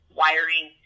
wiring